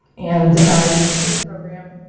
and you can see the program,